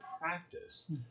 practice